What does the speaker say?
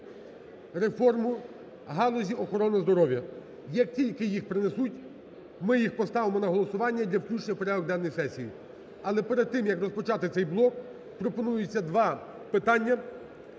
реформу галузі охорони здоров'я. Як тільки їх принесуть, ми їх поставимо на голосування для включення в порядок денний сесії. Але перед тим як розпочати цей блок, пропонується два питання,